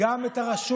גם את הרשות